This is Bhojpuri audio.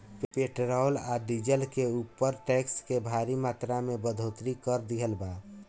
पेट्रोल आ डीजल के ऊपर टैक्स के भारी मात्रा में बढ़ोतरी कर दीहल बा